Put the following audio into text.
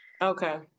okay